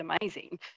amazing